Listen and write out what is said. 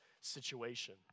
situation